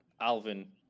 Alvin